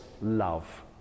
love